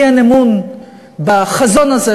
לי אין אמון בחזון הזה,